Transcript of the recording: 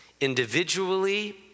individually